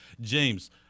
James